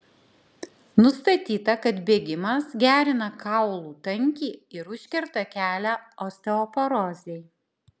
nustatyta kad bėgimas gerina kaulų tankį ir užkerta kelią osteoporozei